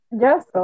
Yes